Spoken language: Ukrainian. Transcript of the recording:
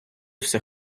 все